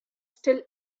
still